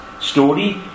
story